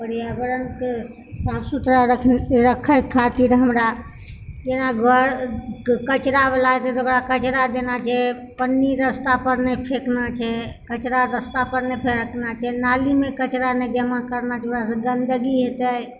पर्यावरण के साफ सुथरा रखै खातिर हमरा जेना घर कचड़ा वाला एतै तऽ ओकरा कचड़ा देना छै पन्नी रस्ता पर नहि फेकना छै कचड़ा रस्ता पर नहि फेकना छै नालीमे कचड़ा नहि जमा करना छै ओकरा से गंदगी हेतै